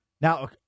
Now